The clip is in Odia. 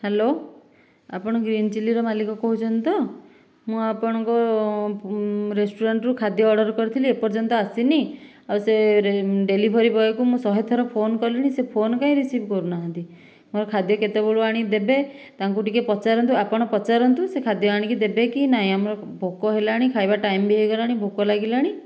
ହ୍ୟାଲୋ ଆପଣ ଗ୍ରୀନ ଚିଲିର ମାଲିକ କହୁଛନ୍ତି ତ ମୁଁ ଆପଣଙ୍କ ରେଷ୍ଟୁରାଣ୍ଟ ରୁ ଖାଦ୍ୟ ଅଡ଼ର କରିଥିଲି ଏପଯ୍ୟନ୍ତ ଆସିନି ଆଉ ସେ ଡେ଼ଲିଭରି ବଏ କୁ ଶହେ ଥର ଫୋନ କଲିଣି ସେ ଫୋନ କ'ଣପାଇଁ ରିସିଭ କରୁନାହିନ୍ତି ମୋର ଖାଦ୍ୟ କେତେବେଳୁ ଆଣି ଦେବେ ତାଙ୍କୁ ଟିକେ ପଚାରନ୍ତୁ ଆପଣ ପଚାରନ୍ତୁ ସେ ଖାଦ୍ୟ ଏଣିକି ଦେବେକି ନାହିଁ ଆମର ଭୋକ ହେଲାଣି ଖାଇବା ଟାଇମବି ହେଇଗଲାଣି ଭୋକ ଲାଗିଲାଣି